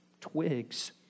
twigs